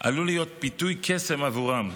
עלול להיות פיתוי קסם עבורם.